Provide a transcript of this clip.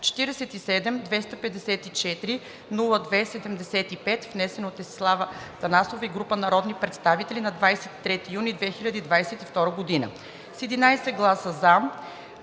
47-254-02-75, внесен от Десислава Атанасова и група народни представители на 23 юни 2022 г.; 3. с 11 гласа „за“,